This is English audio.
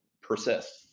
persist